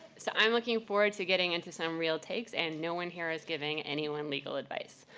so i'm looking forward to getting into some real takes, and no one here is giving anyone legal advice.